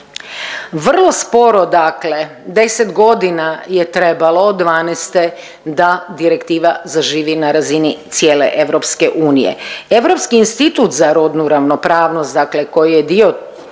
Vrlo sporo, dakle 10 godina je trebalo od 2012. da direktiva zaživi na razini cijele EU. Europski institut za rodnu ravnopravnost, dakle koji je dio